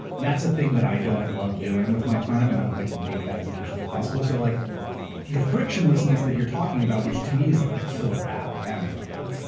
that's a thing that i don't love doing with my time and i would like to make that as efficient as possible. so, like the frictionlessness that you're talking about, which to me is like the killer app of amazon,